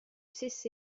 ccas